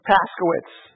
Paskowitz